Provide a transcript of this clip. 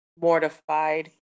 mortified